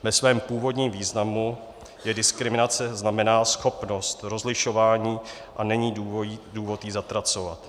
Ve svém původním významu diskriminace znamená schopnost rozlišování a není důvod ji zatracovat.